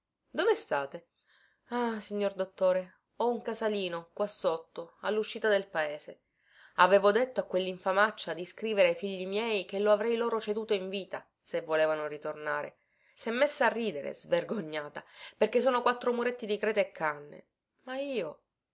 dove state ah signor dottore ho un casalino qua sotto alluscita del paese avevo detto a quellinfamaccia di scrivere ai figli miei che lo avrei loro ceduto in vita se volevano ritornare sè messa a ridere svergognata perché sono quattro muretti di creta e canne ma io